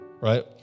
right